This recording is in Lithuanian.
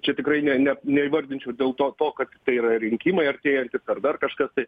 čia tikrai ne nep neįvardinčiau dėl to to kad tai yra rinkimai artėjantys ar dar kažkas tai